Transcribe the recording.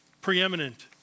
preeminent